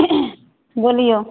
बोलिऔ